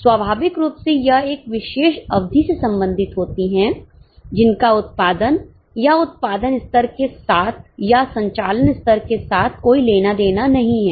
स्वभाविक रूप से यह एक विशेष अवधि से संबंधित होती हैं जिनका उत्पादन या उत्पादन स्तर के साथ या संचालन स्तर के साथ कोई लेना देना नहीं है